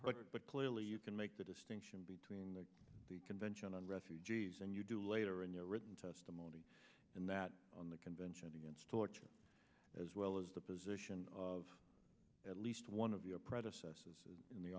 have but clearly you can make the distinction between the convention on refugees and you do later in your written testimony in that on the convention against torture as well as the position of at least one of your predecessors in the